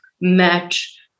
match